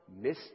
miss